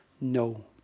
no